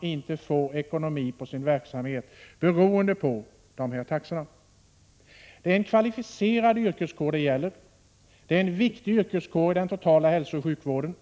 inte kan få ekonomi på sin verksamhet beroende på de låga taxorna. Det gäller en kvalificerad yrkeskår, som utgör en viktig del av den totala hälsooch sjukvården.